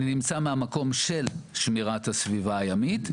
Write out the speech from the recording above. אלא אני נמצא מהמקום של שמירת הסביבה הימית.